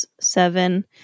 seven